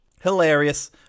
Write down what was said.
Hilarious